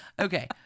Okay